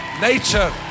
nature